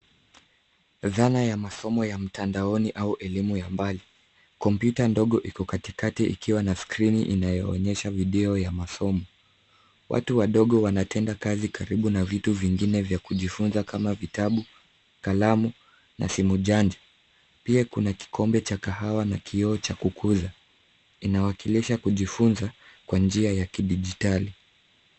Dhana ya masomo ya mtandaoni au elimu ya mbali. Kompyuta ndogo iko katikati ikiwa na skrini inayoonyesha videyo ya masomo. Watu wadogo wanatenda kazi karibu na vitu vingine vya kujifunza kama vitabu, kalamu, na simu janja. Pia kuna kikombe cha kahawa na kioo cha kukuza, inawakilisha kujifunza, kwa njia ya kidijitali.